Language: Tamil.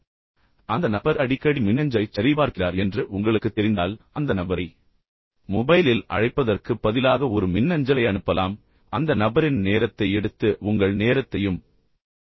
எனவே அந்த நபர் அடிக்கடி மின்னஞ்சலைச் சரிபார்க்கிறார் என்று உங்களுக்குத் தெரிந்தால் அந்த நபரை மொபைலில் அழைப்பதற்குப் பதிலாக ஒரு மின்னஞ்சலை அனுப்பலாம் பின்னர் அந்த நபரின் நேரத்தை எடுத்து உங்கள் நேரத்தையும் பயன்படுத்தலாம்